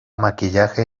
maquillaje